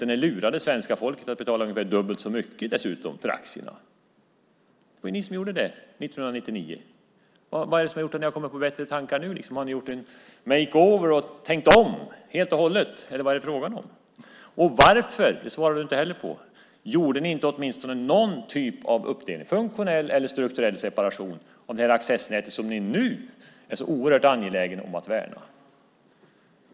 Dessutom lurade ni svenska folket att betala ungefär dubbelt så mycket för aktierna. Det där gjorde ni 1999. Vad är det som gjort att ni nu har kommit på bättre tankar? Har ni gjort en makeover och helt och hållet tänkt om, eller vad är det fråga om? Varför - inte heller den frågan har du svarat på - gjorde ni inte åtminstone någon typ av uppdelning, en funktionell eller en strukturell separation, beträffande det accessnät som ni nu är så oerhört angelägna om att värna?